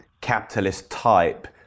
capitalist-type